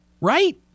Right